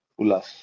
Ulas